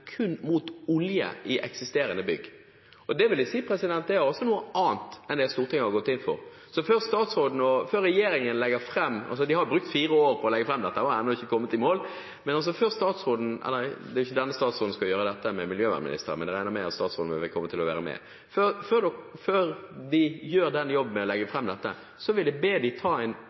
kun forbud mot olje i eksisterende bygg, er det noe annet enn det Stortinget har gått inn for. Regjeringen har brukt fire år på å legge fram dette, og er ennå ikke kommet i mål, men før regjeringen og statsråden – det er jo ikke denne statsråden som skal gjøre dette, men miljøvernministeren, men jeg regner med at statsråden kommer til å være med – gjør den jobben med å legge fram dette, vil jeg be dem ta en